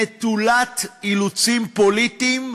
נטולת אילוצים פוליטיים,